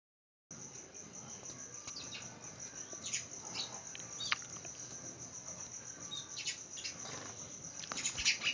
रेपसीडले रब्बी हंगामामंदीच काऊन पेरतात?